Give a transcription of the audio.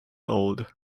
old